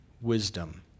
wisdom